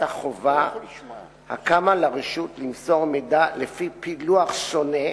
החובה הקמה לרשות למסור מידע לפי פילוח שונה,